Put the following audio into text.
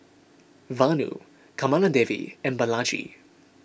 Vanu Kamaladevi and Balaji